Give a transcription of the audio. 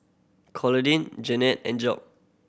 Claudine Jennette and Job